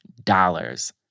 Dollars